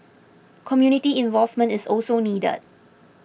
community involvement is also needed